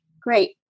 Great